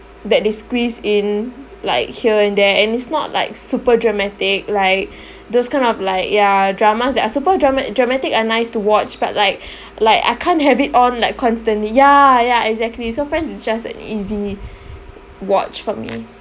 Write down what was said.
that they squeeze in like here and there and it's not like super dramatic like those kind of like ya dramas that are super drama~ dramatic are nice to watch but like like I can't have it on like constantly yeah yeah exactly so friends is just an easy watch for me